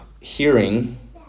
hearing